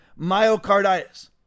myocarditis